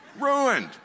Ruined